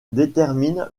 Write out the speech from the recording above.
déterminent